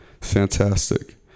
Fantastic